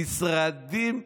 המשרדים,